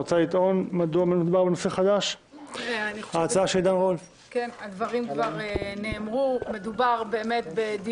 את רוצה לטעון מדוע בהצעה של עידן רול מדובר בנושא חדש?